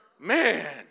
Man